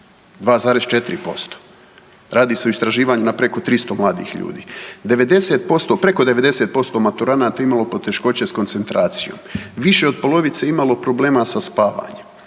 2,4%. Radi se o istraživanju na preko 300 mladih ljudi. 90%, preko 90% maturanata je imalo poteškoće s koncentracijom, više od polovice je imalo problema sa spavanjem.